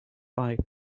five